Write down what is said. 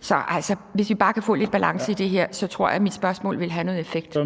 Så hvis vi bare kan få lidt balance i det her, tror jeg, at mit spørgsmål vil have en effekt.